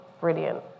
brilliant